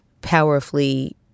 powerfully